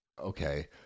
Okay